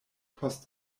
post